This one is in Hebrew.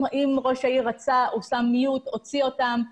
אם ראש העיר רצה, הוא שם מיוט והוציא אותם,